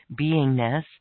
beingness